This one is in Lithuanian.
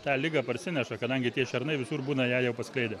tą ligą parsineša kadangi tie šernai visur būna ją jau paskleidę